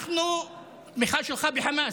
התמיכה שלך בחמאס,